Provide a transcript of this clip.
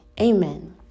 Amen